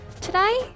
Today